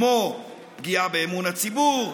כמו פגיעה באמון הציבור,